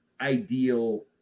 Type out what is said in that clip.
ideal